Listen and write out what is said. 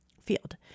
field